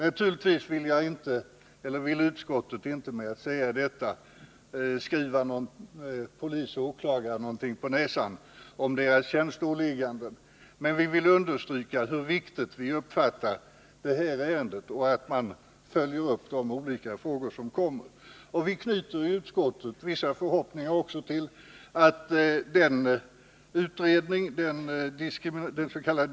Naturligtvis vill inte utskottet med detta uttalande skriva någon polis eller åklagare någonting på näsan om deras tjänsteåligganden, men vi vill understryka hur viktigt vi anser att detta ärende är och hur viktigt det är att följa upp de olika frågor som uppstår. Vi knyter i utskottet också vissa förhoppningar till att dens.k.